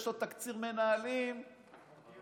יש לו תקציר מנהלים במגירה,